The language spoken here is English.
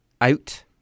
out